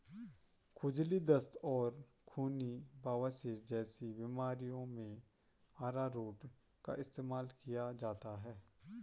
खुजली, दस्त और खूनी बवासीर जैसी बीमारियों में अरारोट का इस्तेमाल किया जाता है